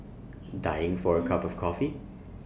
dying for A cup of coffee